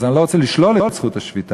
אני לא רוצה לשלול את זכות השביתה,